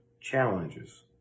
challenges